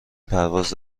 پرواز